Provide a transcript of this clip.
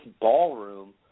ballroom